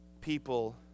people